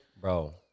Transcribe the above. Bro